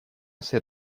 asi